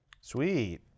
Sweet